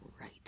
right